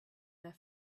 their